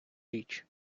річ